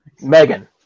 Megan